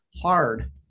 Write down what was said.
hard